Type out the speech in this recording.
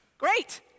Great